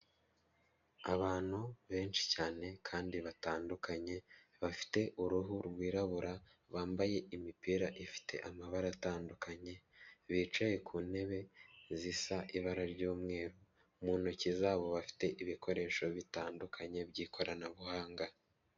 Abantu benshi cyane kandi batandukanye bafite uruhu rwirabura bambaye imipira ifite amabara atandukanye bicaye ku ntebe zisa ibara ry'umweru mu ntoki zabo bafite ibikoresho bitandukanye by'ikoranabuhanga.